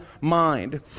mind